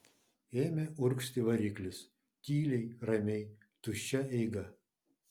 ėmė urgzti variklis tyliai ramiai tuščia eiga